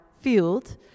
field